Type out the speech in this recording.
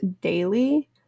daily